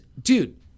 dude